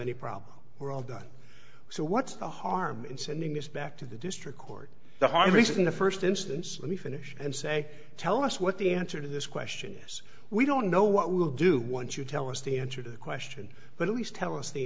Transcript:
any problem we're all done so what's the harm in sending us back to the district court the hard race in the first instance let me finish and say tell us what the answer to this question yes we don't know what we will do once you tell us the answer to the question but at least tell us the